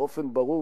באופן ברור,